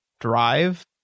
drive